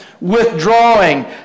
withdrawing